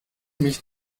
mich